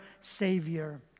Savior